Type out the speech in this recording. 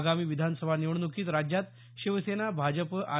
आगामी विधानसभा निवडणुकीत राज्यात शिवसेना भाजप आर